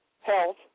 health